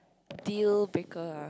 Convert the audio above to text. deal breaker ah